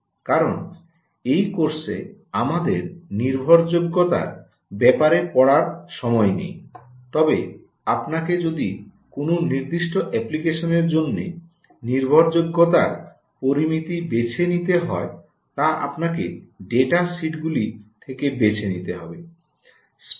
কারণ এই কোর্সে আমাদের নির্ভরযোগ্যতার ব্যাপারে পড়ার সময় নেই তবে আপনাকে যদি কোনও নির্দিষ্ট অ্যাপ্লিকেশনের জন্য নির্ভরযোগ্যতার পরামিতি বেছে নিতে হয় তা আপনাকে ডেটাশিটগুলি থেকে বেছে নিতে হবে